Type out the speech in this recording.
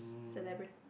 celebrate